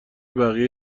بقیه